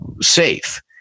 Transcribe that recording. safe